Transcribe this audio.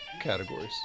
categories